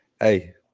hey